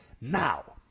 Now